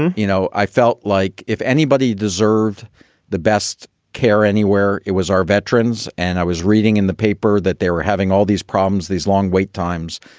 and you know, i felt like if anybody deserved the best care anywhere. it was our veterans. and i was reading in the paper that they were having all these problems, these long wait times.